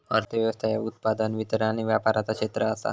अर्थ व्यवस्था ह्या उत्पादन, वितरण आणि व्यापाराचा क्षेत्र आसा